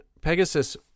Pegasus